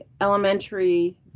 elementary